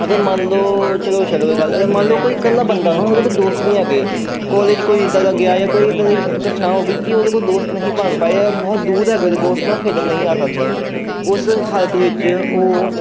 ਅਗਰ ਮੰਨ ਲਉ ਚਲੋ ਛੱਡੋ ਇਹ ਗੱਲ ਅਗਰ ਮੰਨ ਲਉ ਕੋਈ ਇਕੱਲਾ ਬੰਦਾ ਹੁਣ ਉਹਦੇ ਕੋਈ ਦੋਸਤ ਨਹੀਂ ਹੈਗੇ ਕੋਲਜ ਕੋਈ ਇੱਦਾਂ ਦਾ ਗਿਆ ਜਾਂ ਕੋਈ ਇੱਦਾਂ ਦੀ ਘਟਨਾ ਹੋ ਗਈ ਕਿ ਉਹਦੇ ਕੋਲ ਦੋਸਤ ਨਹੀਂ ਬਣ ਪਾਏ ਜਾਂ ਬਹੁਤ ਦੂਰ ਦੇ ਹੈਗਾ ਉਹਦੇ ਦੋਸਤ ਉਹਦੇ ਨਾਲ ਖੇਡਣ ਨਹੀਂ ਆ ਸਕਦੇ ਉਸ ਹਾਲਤ ਵਿੱਚ ਉਹ